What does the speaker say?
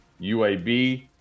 UAB